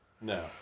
No